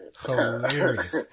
Hilarious